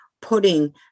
putting